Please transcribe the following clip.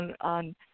on